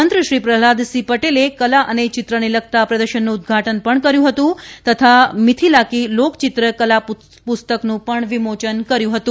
મંત્રી શ્રી પ્રહલાદસિંહ પટેલે કલા અને ચિત્રને લગતા પ્રદર્શનનું ઉદઘાટન કર્યું હતું તથા મિથીલાકી લોકચિત્ર કલા પુસ્તકનું વિમોચન કર્યું હતું